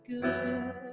good